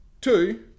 Two